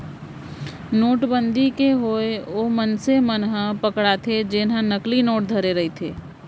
नोटबंदी के होय ओ मनसे मन ह पकड़ाथे जेनहा नकली नोट धरे रहिथे